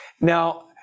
now